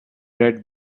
read